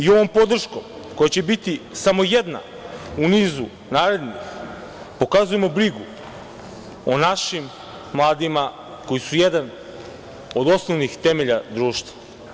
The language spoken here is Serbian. Ovom podrškom koja će biti samo jedna u nizu narednih pokazujemo brigu o našim mladima koji su jedan od osnovnih temelja društva.